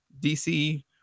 DC